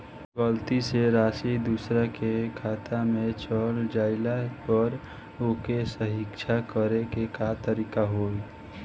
गलती से राशि दूसर के खाता में चल जइला पर ओके सहीक्ष करे के का तरीका होई?